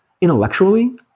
intellectually